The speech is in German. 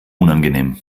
unangenehm